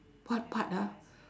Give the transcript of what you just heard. what part ah